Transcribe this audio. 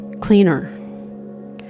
cleaner